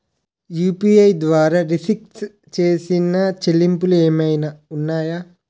UPI ద్వారా restrict చేసిన చెల్లింపులు ఏమైనా ఉన్నాయా?